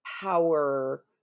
power